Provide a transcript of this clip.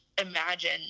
imagine